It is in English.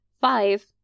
Five